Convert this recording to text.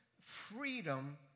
freedom